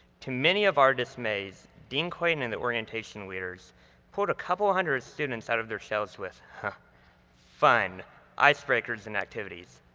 to many of our dismays, dean clayton and the orientation leaders pulled a couple of hundred students out of their shells with fun icebreakers and activities.